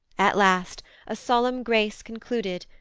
at last a solemn grace concluded,